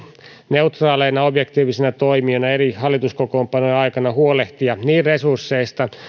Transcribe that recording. neutraaleina objektiivisina toimijoina eri hallituskokoonpanojen aikana huolehtia niin resursseista